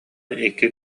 икки